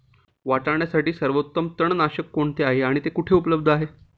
वाटाण्यासाठी सर्वोत्तम तणनाशक कोणते आहे आणि ते कुठे उपलब्ध आहे?